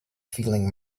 feeling